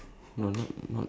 start of the month